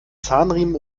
zahnriemen